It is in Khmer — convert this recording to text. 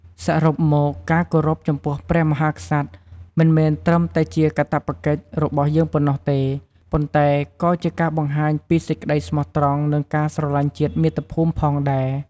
សរុបមក ការគោរពចំពោះព្រះមហាក្សត្រ មិនមែនត្រឹមតែជាកាតព្វកិច្ចរបស់យើងប៉ុណ្ណោះទេ ប៉ុន្តែក៏ជាការបង្ហាញពីសេចក្តីស្មោះត្រង់ និងការស្រឡាញ់ជាតិមាតុភូមិផងដែរ។